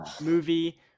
movie